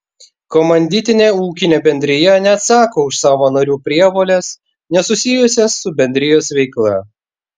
komanditinė ūkinė bendrija neatsako už savo narių prievoles nesusijusias su bendrijos veikla